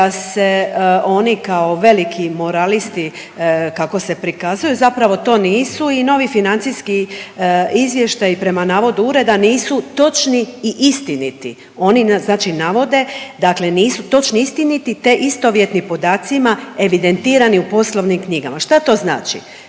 da se oni kao veliki moralisti kako se prikazuju zapravo to nisu i novi financijski izvještaji prema navodu ureda nisu točni i istiniti, oni znači navode dakle nisu točni i istiniti, te istovjetni podacima evidentirani u poslovnim knjigama. Šta to znači?